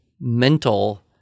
mental